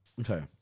Okay